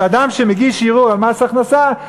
אדם שמגיש ערעור למס הכנסה,